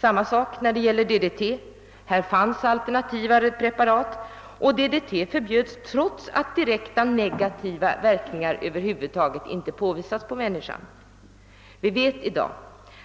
Samma sak gäller DDT. Här fanns alternativa preparat, och DDT förbjöds trots att direkta negativa verkningar inte visat sig på människan. I dag vet vi